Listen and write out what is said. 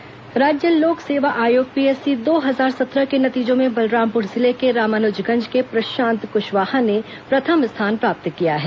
PSC परिणाम राज्य लोक सेवा आयोग पीएससी दो हजार सत्रह के नतीजों में बलरामपुर जिले के रामानुजगंज के प्रशांत कृशवाहा ने प्रथम स्थान प्राप्त किया है